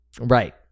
right